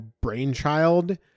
brainchild